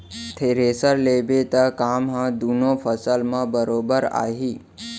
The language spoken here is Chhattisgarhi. थेरेसर लेबे त काम ह दुनों फसल म बरोबर आही